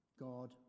God